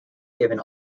given